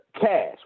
cash